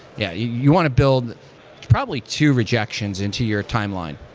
yeah you want to build probably two rejections into your timeline.